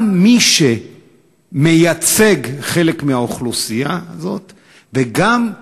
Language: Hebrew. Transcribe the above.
גם מי שמייצג חלק מהאוכלוסייה הזאת, וגם,